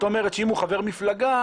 אתה מרחיב את